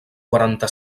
quaranta